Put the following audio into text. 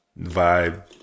vibe